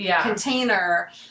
container